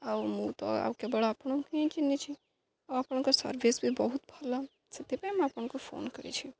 ଆଉ ମୁଁ ତ ଆଉ କେବଳ ଆପଣଙ୍କୁ ହିଁ ଚିହ୍ନିଛି ଆଉ ଆପଣଙ୍କ ସର୍ଭିସ ବି ବହୁତ ଭଲ ସେଥିପାଇଁ ମୁଁ ଆପଣଙ୍କୁ ଫୋନ୍ କରିଛି